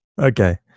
Okay